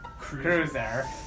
cruiser